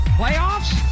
playoffs